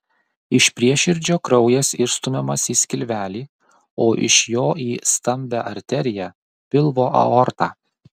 iš prieširdžio kraujas išstumiamas į skilvelį o iš jo į stambią arteriją pilvo aortą